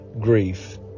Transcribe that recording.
grief